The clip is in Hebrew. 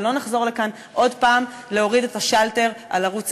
ולא נחזור לכאן עוד הפעם להוריד את השלטר על ערוץ